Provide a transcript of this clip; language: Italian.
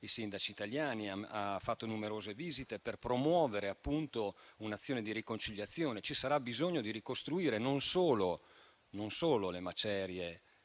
i sindaci italiani che hanno fatto numerose visite per promuovere un'azione di riconciliazione. Ci sarà bisogno di ricostruire non solo le macerie